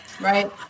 Right